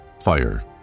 Fire